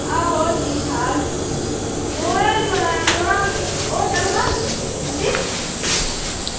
आहो ठीक ठाक एह् थुआढ़ा होटल हा अंजी